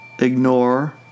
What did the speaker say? ignore